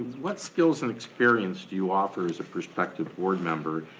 what skills and experience do you offer as a prospective board member,